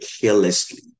carelessly